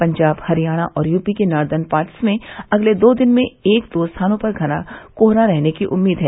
पंजाब हरियाणा और यूपी के northern parts में अगले दो दिन में एक दो स्थानों पर घना कोहरा रहने की उम्मीद है